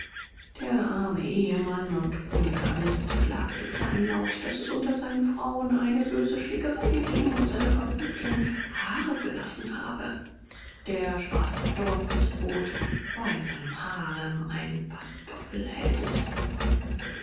der arme ehemann und polygamist klagte kleinlaut daß es unter seinen frauen eine böse schlägerei gegeben und seine favoritin haare gelassen habe der schwarze dorfdespot war in seinem harem ein pantoffelheld